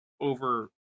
over